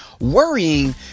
Worrying